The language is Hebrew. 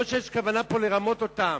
לא שיש כוונה לרמות אותם,